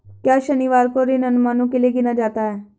क्या शनिवार को ऋण अनुमानों के लिए गिना जाता है?